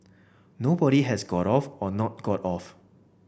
nobody has got off or not got off